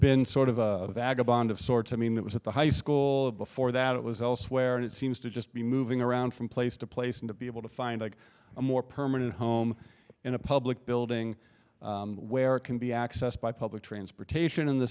been sort of a vagabond of sorts i mean it was at the high school before that it was also where it seems to just be moving around from place to place and to be able to find a more permanent home in a public building where it can be accessed by public transportation in the